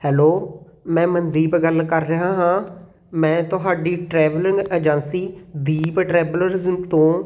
hello ਮੈਂ ਮਨਦੀਪ ਗੱਲ ਕਰ ਰਿਹਾ ਹਾਂ ਮੈਂ ਤੁਹਾਡੀ ਟਰੈਵਲਿੰਗ ਏਜੰਸੀ ਦੀਪ ਟਰੈਵਲਰਜ਼ ਤੋਂ